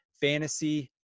fantasy